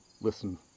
listen